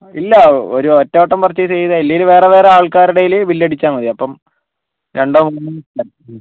ഇല്ല ഒരു ഒറ്റ വട്ടം പർച്ചേസ് ചെയ്താൽ ഇല്ലെങ്കിൽ വേറെ വേറെ ആൾക്കാരുടേതിൽ ബില്ലടിച്ചാൽ മതി അപ്പം രണ്ടോ മൂന്നോ മതി